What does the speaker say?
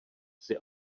jsi